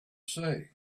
say